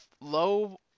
low